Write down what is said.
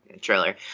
trailer